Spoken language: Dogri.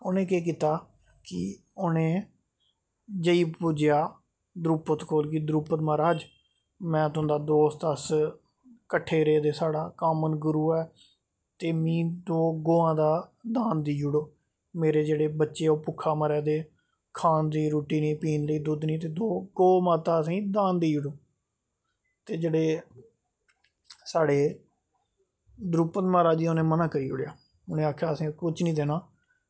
उ'नें केह् कीता कि उ'नें जे पुज्जेआ दरुपत कोल दे दरुपत में तुंदा दोस्त अस कट्टे रौंह्दे साढ़ा कामन गुरु ऐ ते मिगी हो गवां ते दांद देई ओड़ो मेरे जेह्ड़े बच्चे ओह् भुक्खे मरा दे खाने गी रुट्टी निं ते पीने लेई दुद्ध निं दो गौ माता असेंगी दान देई ओड़ो ते जेह्ड़े साढ़े दरुपत महाराज़ उ'नैं मना करी ओड़ेआ उ'नैं आखेआ असें कुछ नेईं देना